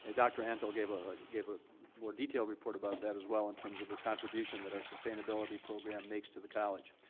ah dr. antle gave ah gave a more detailed report about that as well in terms of the contribution that our sustainability program makes to the college.